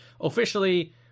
officially